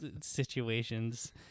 situations